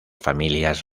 familias